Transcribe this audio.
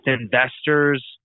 investors